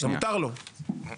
מותר לו היום.